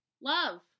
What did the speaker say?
love